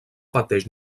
pateix